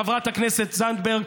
חברת הכנסת זנדברג,